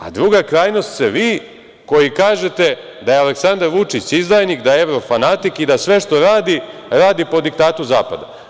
A, druga krajnost ste vi, koji kažete da je Aleksandar Vučić izdajnik, da je evro-fanatik i da sve što radi, radi po diktatu zapada.